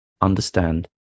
understand